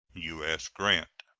u s. grant.